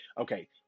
Okay